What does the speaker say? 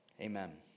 Amen